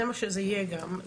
זה מה שזה יהיה גם,